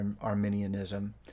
arminianism